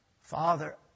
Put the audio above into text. Father